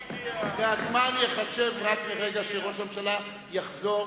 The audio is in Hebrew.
והזמן ייחשב רק מרגע שראש הממשלה יחזור.